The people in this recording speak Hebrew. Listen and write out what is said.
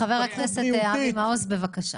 חבר הכנסת אבי מעוז, בבקשה.